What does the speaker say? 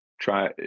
try